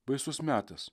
baisus metas